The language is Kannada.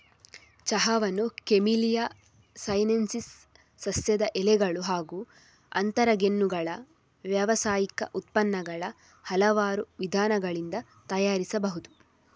ಚಹಾವನ್ನು ಕೆಮೆಲಿಯಾ ಸೈನೆನ್ಸಿಸ್ ಸಸ್ಯದ ಎಲೆಗಳು ಹಾಗೂ ಅಂತರಗೆಣ್ಣುಗಳ ವ್ಯಾವಸಾಯಿಕ ಉತ್ಪನ್ನಗಳ ಹಲವಾರು ವಿಧಾನಗಳಿಂದ ತಯಾರಿಸಬಹುದು